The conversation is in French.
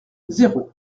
zéro